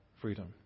freedom